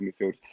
midfield